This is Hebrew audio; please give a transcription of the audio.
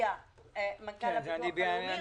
מגיע לכאן מנכ"ל הביטוח הלאומי,